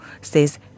says